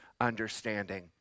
understanding